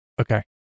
Okay